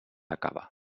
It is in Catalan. acaba